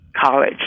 college